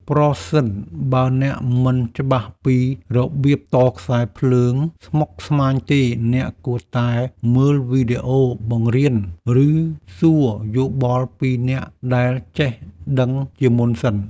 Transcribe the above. ប្រសិនបើអ្នកមិនច្បាស់ពីរបៀបតខ្សែភ្លើងស្មុគស្មាញទេ អ្នកគួរតែមើលវីដេអូបង្រៀន ឬសួរយោបល់ពីអ្នកដែលចេះដឹងជាមុនសិន។